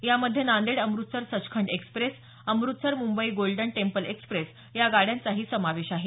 यामध्ये Nanded Amritsar Sachkhand express Amritsar Mumbai golden temple express या गाड्यांचाही समावेश आहे